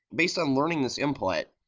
based on learning this input,